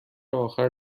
آخر